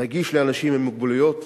נגישות לאנשים עם מוגבלויות,